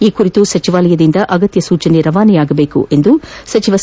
ಈ ಕುರಿತು ಸಚಿವಾಲಯದಿಂದ ಅಗತ್ಯ ಸೂಚನೆ ರವಾನೆ ಆಗಬೇಕು ಎಂದು ಸಚಿವ ಡಾ